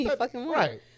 Right